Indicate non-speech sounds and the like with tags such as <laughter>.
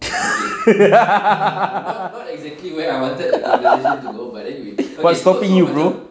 <laughs> what stopping you bro